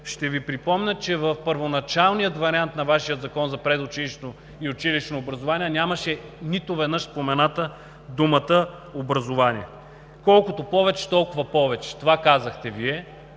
Ще Ви припомня, че в първоначалния вариант на Вашия Закон за предучилищното и училищното образование нямаше нито веднъж спомената думата образование. „Колкото повече, толкова повече“ – това казахте Вие.